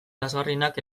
lazgarrienak